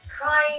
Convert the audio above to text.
crying